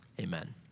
amen